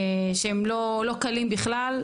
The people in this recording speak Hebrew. שהם לא קלים בכלל.